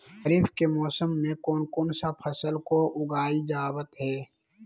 खरीफ के मौसम में कौन कौन सा फसल को उगाई जावत हैं?